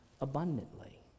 abundantly